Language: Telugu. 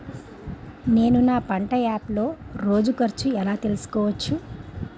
నేను నా పంట యాప్ లో రోజు ఖర్చు ఎలా తెల్సుకోవచ్చు?